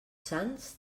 sants